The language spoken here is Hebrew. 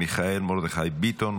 מיכאל מרדכי ביטון,